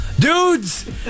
Dudes